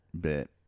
bit